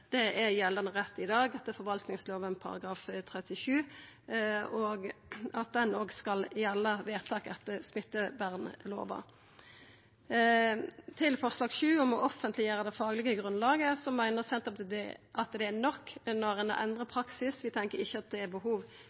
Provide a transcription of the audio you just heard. det er gjeldande rett i dag etter forvaltningslova § 37, og at den òg skal gjelda vedtak etter smittevernlova. Til forslag nr. 7, om å offentleggjera det faglege grunnlaget: Senterpartiet meiner at det er nok å endra praksis. Det er ikkje behov for å endra lova når vi har fått dette til i praksis. Elles er